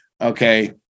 Okay